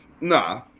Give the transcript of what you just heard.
Nah